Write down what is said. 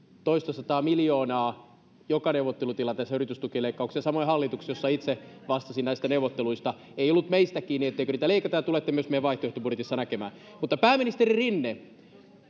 toista sataa miljoonaa joka neuvottelutilanteessa yritystukileikkauksia samoin hallituksessa jossa itse vastasin näistä neuvotteluista ei ollut meistä kiinni etteikö niitä leikattu ja tulette sen myös meidän vaihtoehtobudjetissamme näkemään mutta pääministeri rinne